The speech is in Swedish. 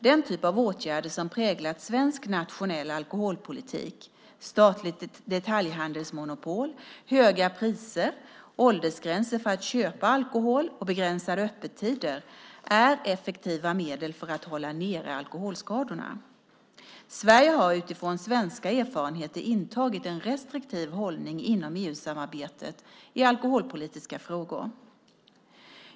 Den typ av åtgärder som präglat svensk nationell alkoholpolitik - statligt detaljhandelsmonopol, höga priser, åldersgränser för att köpa alkohol och begränsade öppettider - är effektiva medel för att hålla nere alkoholskadorna. Sverige har utifrån svenska erfarenheter intagit en restriktiv hållning inom EU-samarbetet i alkoholpolitiska frågor.